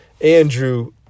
Andrew